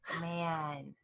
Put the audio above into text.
man